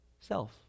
self